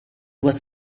was